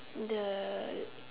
the